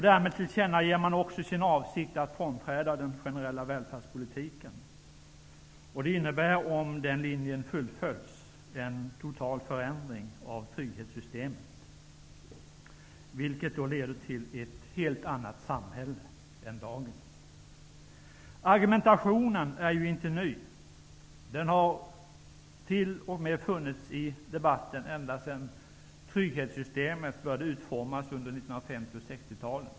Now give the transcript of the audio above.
Därmed tillkännager man också sin avsikt att frånträda den generella välfärdspolitiken. Om den linjen fullföljs innebär det en total förändring av trygghetssystemet, vilket leder till ett helt annat samhälle än dagens. Argumentationen är inte ny, den har t.o.m. funnits i debatten ända sedan trygghetssystemet började utformas under 50 och 60-talen.